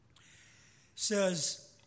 says